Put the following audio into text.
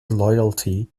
loyalty